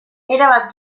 erabat